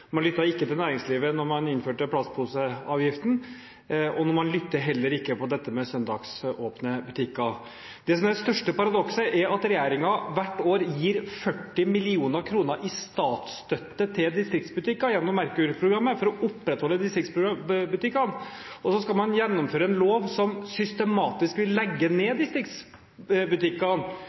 man lyttet ikke til næringslivet da man innførte plastposeavgiften, og man lytter heller ikke når det gjelder dette med søndagsåpne butikker. Det som er det største paradokset, er at regjeringen hvert år gir 40 mill. kr i statsstøtte til distriktsbutikker gjennom Merkur-programmet for å opprettholde distriktsbutikkene, og så skal man gjennomføre en lov som systematisk vil legge